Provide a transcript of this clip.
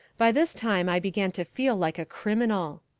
by this time i began to feel like a criminal.